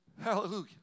Hallelujah